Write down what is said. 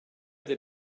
that